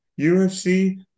UFC